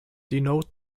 denote